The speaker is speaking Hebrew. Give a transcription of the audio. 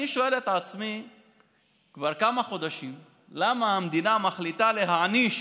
אני שואל את עצמי כבר כמה חודשים למה המדינה מחליטה להעניש